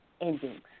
endings